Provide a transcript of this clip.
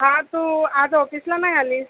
हां तू आज ऑफिसला नाही आलीस